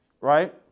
right